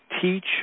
teach